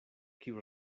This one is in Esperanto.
kiu